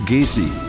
Gacy